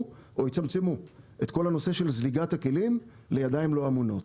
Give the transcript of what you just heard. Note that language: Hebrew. או יצמצמו את כל נושא זליגת הכלים לידיים לא אמונות.